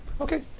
Okay